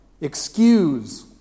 excuse